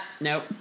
Nope